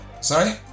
Sorry